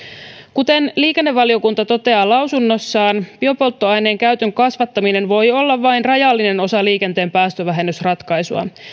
kuten liikennevaliokunta toteaa lausunnossaan biopolttoaineen käytön kasvattaminen voi olla vain rajallinen osa liikenteen päästövähennysratkaisua